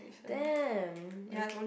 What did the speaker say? damn